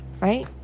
right